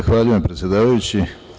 Zahvaljujem, predsedavajući.